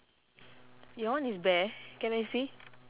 your one is bear can I see